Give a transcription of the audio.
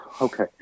Okay